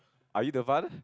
are you the father